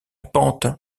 pente